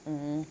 mm mm